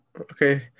okay